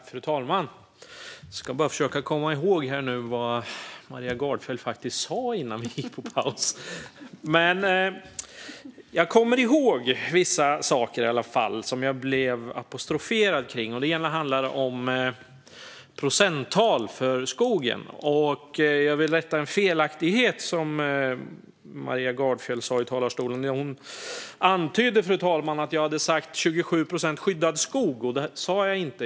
Fru talman! Jag ska försöka att komma ihåg vad Maria Gardfjell sa innan vi gick på paus. Jag kommer i varje fall ihåg vissa saker där jag blev apostroferad. Det första handlar om procenttal för skogen. Jag vill rätta en felaktighet som Maria Gardfjell sa i talarstolen. Hon antydde att jag hade sagt 27 procent skyddad skog. Det sa jag inte.